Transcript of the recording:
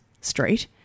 street